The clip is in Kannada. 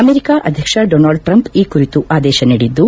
ಅಮೆರಿಕ ಅಧ್ಯಕ್ಷ ಡೊನಾಲ್ಡ್ ಟ್ರಂಪ್ ಈ ಕುರಿತು ಆದೇಶ ನೀಡಿದ್ದು